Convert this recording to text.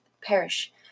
perish